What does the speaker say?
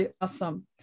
awesome